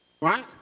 right